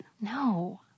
No